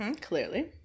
Clearly